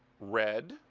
red,